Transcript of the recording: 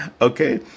Okay